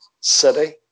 City